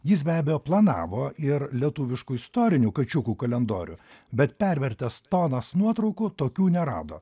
jis be abejo planavo ir lietuviškų istorinių kačiukų kalendorių bet pervertęs tonas nuotraukų tokių nerado